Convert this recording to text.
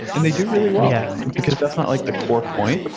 and they do really well yeah because that's not like the core point,